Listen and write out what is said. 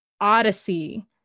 Odyssey